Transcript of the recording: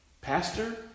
pastor